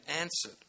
answered